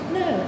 no